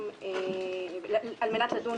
דרך אגב,